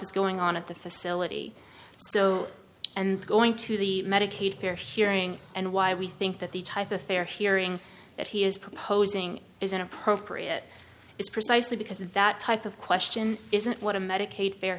is going on at the facility so and going to the medicaid fair hearing and why we think that the type of fair hearing that he is proposing is inappropriate is precisely because that type of question isn't what a medicaid fair